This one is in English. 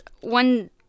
one